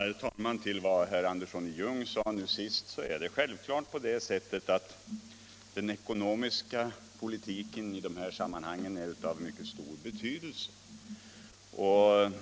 Herr talman! Till vad herr Andersson i Ljung nu sade vill jag tillägga att den ekonomiska politiken i de här sammanhangen självfallet är av mycket stor betydelse.